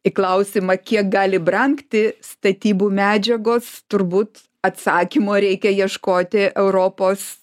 į klausimą kiek gali brangti statybų medžiagos turbūt atsakymo reikia ieškoti europos